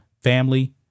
family